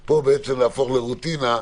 פה להפוך לרוטינה.